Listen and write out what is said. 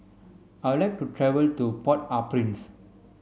I would like to travel to Port au Prince